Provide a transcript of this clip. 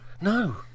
No